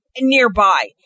nearby